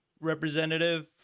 representative